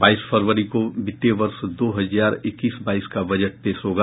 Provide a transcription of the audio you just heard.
बाईस फरवरी को वित्तीय वर्ष दो हजार इक्कीस बाईस का बजट पेश होगा